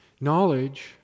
Knowledge